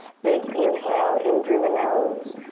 big inhale in through the nose.